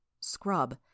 Scrub